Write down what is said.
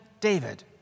David